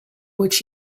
which